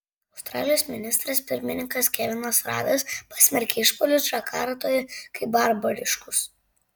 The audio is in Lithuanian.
australijos ministras pirmininkas kevinas radas pasmerkė išpuolius džakartoje kaip barbariškus